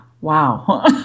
Wow